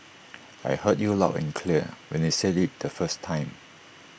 I heard you loud and clear when you said IT the first time